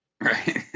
right